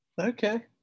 Okay